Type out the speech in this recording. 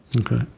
Okay